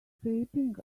creeping